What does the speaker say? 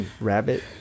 Rabbit